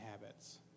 habits